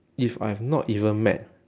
if I've not even met